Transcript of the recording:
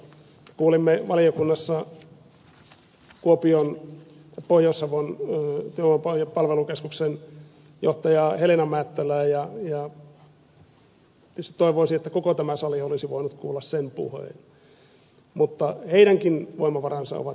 kuulimme valiokunnassa kuopion seudun työvoiman palvelukeskuksen johtajaa helena määttälää tietysti toivoisi että koko tämä sali olisi voinut kuulla sen puheen ja heidänkin voimavaransa ovat rajalliset